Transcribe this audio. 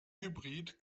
hybrid